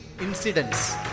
incidents